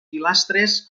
pilastres